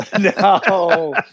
no